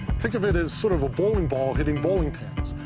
think of it as sort of a bowling ball hitting bowling pins.